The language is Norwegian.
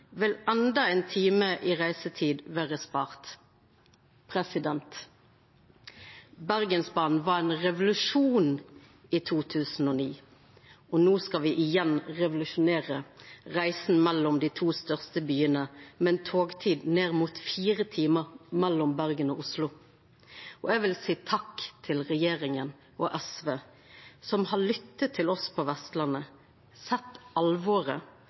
vil endå ein time i reisetid vera spart. Bergensbanen var ein revolusjon i 2009, og no skal me igjen revolusjonera reisa mellom dei to største byane med ei togtid ned mot 4 timar mellom Bergen og Oslo. Eg vil seia takk til regjeringa og SV som har lytta til oss på Vestlandet, sett alvoret